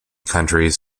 countries